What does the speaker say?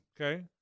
Okay